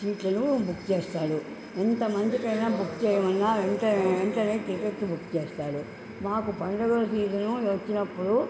సీట్లను బుక్ చేస్తాడు ఎంత మందికైనా బుక్ చేయమన్నా వెంట వెంటనే టికెట్టు బుక్ చేస్తాడు మాకు పండుగల సీజను వచ్చినప్పుడు